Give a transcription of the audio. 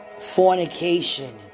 Fornication